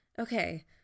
Okay